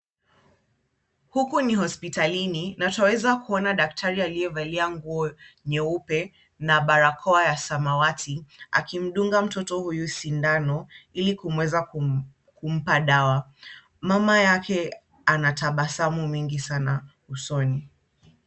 Huku ni hospitalini na twaweza kuona daktari aliyevalia nguo nyeupe na barakoa ya samawati akimdunga mtoto huyu sindano ili kuweza kumpa dawa. Mama yake anatabasamu mingi sana usoni.